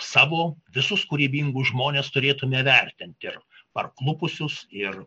savo visus kūrybingus žmones turėtume vertint ir parklupusius ir